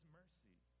mercy